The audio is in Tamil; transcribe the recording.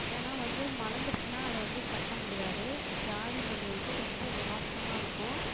ஏன்னா வந்து மலர்ந்துடுச்சுன்னா அதை வந்து கட்ட முடியாது ஜாதி மல்லி வந்து ரொம்ப வாசமா இருக்கும்